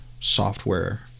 software